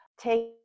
take